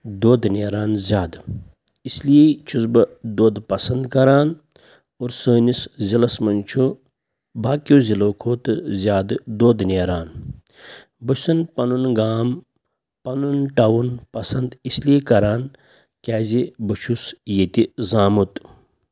دۄد نیران زیادٕ اِسلیے چھُس بہٕ دۄد پَسنٛد کَران اور سٲنِس ضِلَس منٛز چھُ باقٕیو ضِلیو کھۄتہٕ زیادٕ دۄد نیران بہٕ چھُسَن پَنُن گام پَنُن ٹاوُن پَسنٛد اِسلیے کَران کیٛازِ بہٕ چھُس ییٚتہِ زامُت